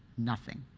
nothing.